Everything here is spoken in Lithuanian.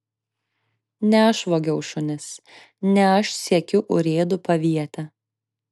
ne aš vogiau šunis ne aš siekiu urėdų paviete